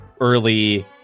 early